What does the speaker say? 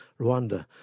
Rwanda